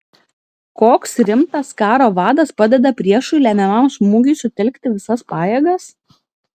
koks rimtas karo vadas padeda priešui lemiamam smūgiui sutelkti visas pajėgas